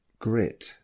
grit